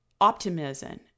optimism